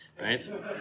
right